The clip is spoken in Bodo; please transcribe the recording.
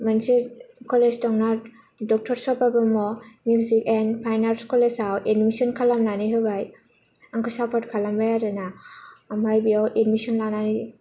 मोनसे कलेज दंना doctor Saba Brahma music and fine arts कलेजाव एडमिसन खालामनानै होबाय आंखौ सापर्त खालामबाय आरोना ओमफ्राय बेयाव एडमिसन लानानै